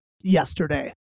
yesterday